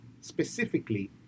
Specifically